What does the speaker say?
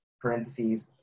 parentheses